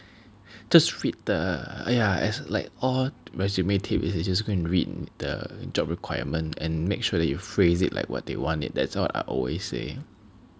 just read the !aiya! as like all resume tips you just go and read the job requirements and make sure that you phrase it like what they want it that's what I always say